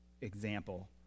example